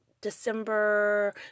December